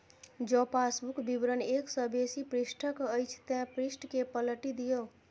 जौं पासबुक विवरण एक सं बेसी पृष्ठक अछि, ते पृष्ठ कें पलटि दियौ